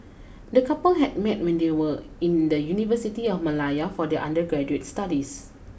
the couple had met when they were in the University of Malaya for their undergraduate studies